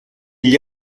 gli